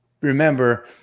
remember